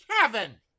Kevin